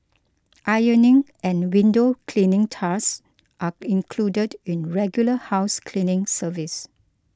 ironing and window cleaning tasks are included in regular house cleaning service